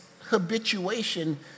habituation